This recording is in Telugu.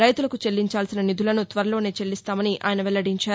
రైతులకు చెల్లించాల్సిన నిధులను త్వరలో చెల్లిస్తామని ఆయన వెల్లడించారు